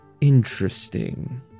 interesting